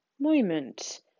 moment